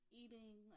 eating